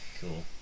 Cool